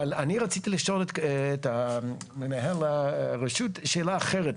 אבל אני רציתי לשאול את מנהל הרשות שאלה אחרת,